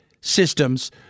systems